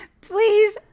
Please